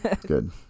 good